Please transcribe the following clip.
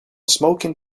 smoking